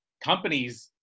companies